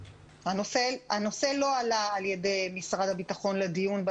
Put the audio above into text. הנושא לא עלה על ידי משרד הביטחון לדיון.